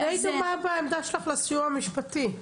אז את דומה בעמדתך לסיוע המשפטי.